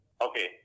Okay